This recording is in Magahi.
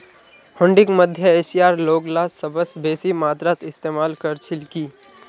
हुंडीक मध्य एशियार लोगला सबस बेसी मात्रात इस्तमाल कर छिल की